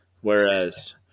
Whereas –